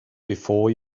before